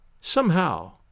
Somehow